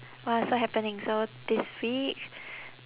!wah! so happening so this week